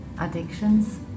addictions